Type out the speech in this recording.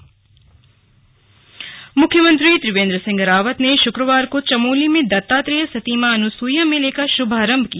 slug Anasuya मेला मुख्यमंत्री त्रिवेंद्र सिंह रावत ने शुक्रवार को चमोली में दत्तात्रेय सती मां अनुसूया मेले का शुभारंभ किया